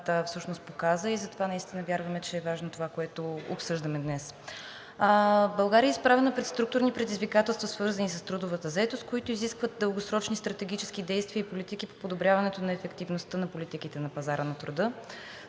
март всъщност показа, и затова наистина вярваме, че е важно това, което обсъждаме днес. България е изправена пред структурни предизвикателства, свързани с трудовата заетост, които изискват дългосрочни стратегически действия и политики по подобряването на ефективността на политиките на пазара на труда.